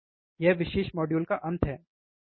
तो यह इस विशेष मॉड्यूल का अंत है